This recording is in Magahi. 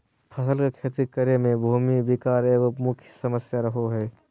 फसल के खेती करे में भूमि विकार एगो मुख्य समस्या रहो हइ